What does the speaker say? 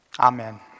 Amen